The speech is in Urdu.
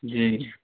جی